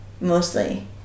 Mostly